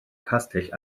castell